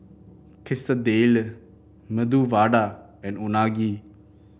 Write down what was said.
Quesadillas Medu Vada and Unagi